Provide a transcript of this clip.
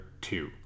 two